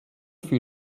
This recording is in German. für